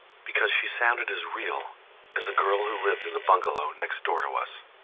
because she sounded as real as the girl who lived in the bungalow next door to us